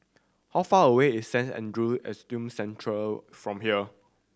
how far away is Saint Andrew Autism Centre of from here